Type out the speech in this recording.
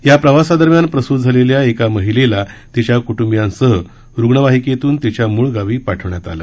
या प्रवासादरम्यान प्रसूत झालेल्या एका महिलेला तिच्या कूटुंबियांसह रुग्णवाहिकेतून तिच्या मुळ गावी ाठवण्यात आलं